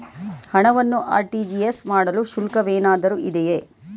ಹಣವನ್ನು ಆರ್.ಟಿ.ಜಿ.ಎಸ್ ಮಾಡಲು ಶುಲ್ಕವೇನಾದರೂ ಇದೆಯೇ?